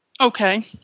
Okay